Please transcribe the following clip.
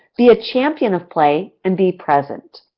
be a champion of play, and be present.